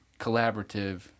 collaborative